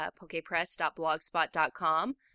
pokepress.blogspot.com